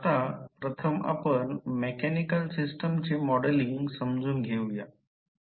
आता प्रथम आपण मेकॅनिकल सिस्टमचे मॉडेलिंग समजून घेऊया